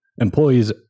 employees